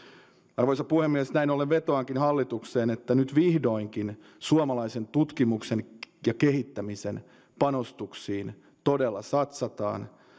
arvoisa puhemies näin ollen vetoankin hallitukseen että nyt vihdoinkin suomalaisen tutkimuksen ja kehittämisen panostuksiin todella satsataan